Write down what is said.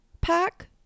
pack